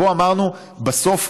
אמרנו שבסוף,